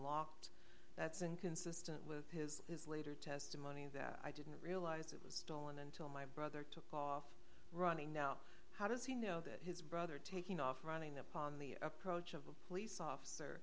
locked that's inconsistent with his his later testimony that i didn't realize it was stolen until my brother took off running now how does he know that his brother taking off running that upon the approach of the police officer